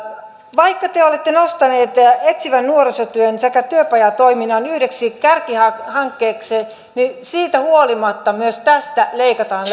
vaikka te te olette nostaneet etsivän nuorisotyön sekä työpajatoiminnan yhdeksi kärkihankkeeksi niin siitä huolimatta myös tästä leikataan